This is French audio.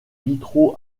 vitraux